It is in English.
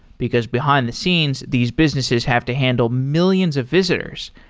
because behind-the-scenes, these businesses have to handle millions of visitors.